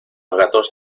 gatos